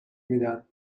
میدم